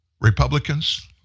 Republicans